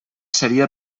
seria